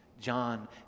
John